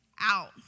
out